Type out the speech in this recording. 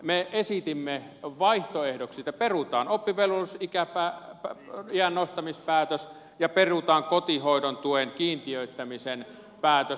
me esitimme vaihtoehdoksi että perutaan oppivelvollisuusiän nostamispäätös ja perutaan kotihoidon tuen kiintiöittämisen päätös